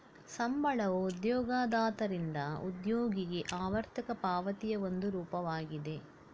ಸಂಬಳವು ಉದ್ಯೋಗದಾತರಿಂದ ಉದ್ಯೋಗಿಗೆ ಆವರ್ತಕ ಪಾವತಿಯ ಒಂದು ರೂಪವಾಗಿದೆ